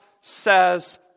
says